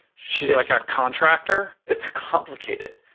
she's like a contractor? it's complicated.